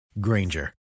Granger